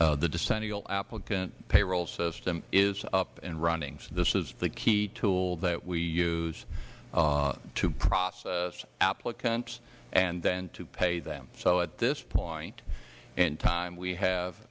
the decennial applicant payroll system is up and running this is the key tool that we use to process applicants and then to pay them so at this point in time we have